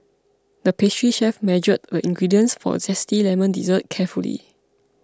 the pastry chef measured the ingredients for a Zesty Lemon Dessert carefully